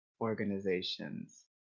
organizations